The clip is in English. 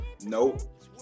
Nope